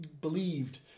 believed